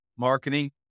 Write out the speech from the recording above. marketing